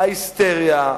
ההיסטריה,